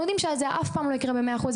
אנחנו יודעים שזה אף פעם לא יקרה במאה אחוז,